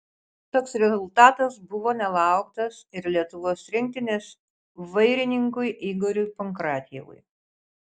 toks rezultatas buvo nelauktas ir lietuvos rinktinės vairininkui igoriui pankratjevui